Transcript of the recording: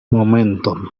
momenton